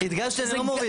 הדגשתי שזה לא מוריד.